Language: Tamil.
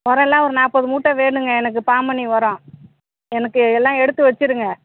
உரோலாம் ஒரு நாற்பது மூட்டை வேணுங்க எனக்கு பாமணி உரோம் எனக்கு எல்லாம் எடுத்து வச்சிருங்க